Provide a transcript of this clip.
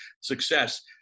success